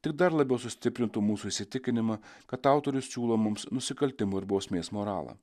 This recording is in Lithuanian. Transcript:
tik dar labiau sustiprintų mūsų įsitikinimą kad autorius siūlo mums nusikaltimo ir bausmės moralą